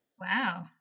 Wow